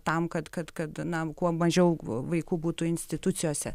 tam kad kad kad na kuo mažiau vaikų būtų institucijose